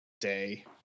day